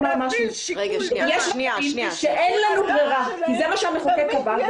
אין לנו ברירה, זה מה שהמחוקק קבע.